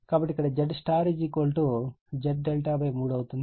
కాబట్టి ఇక్కడ ZΥ Z∆ 3 అవుతుంది